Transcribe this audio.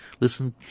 Listen